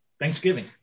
Thanksgiving